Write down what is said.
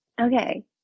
Okay